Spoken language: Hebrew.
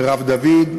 מרב דוד,